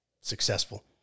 successful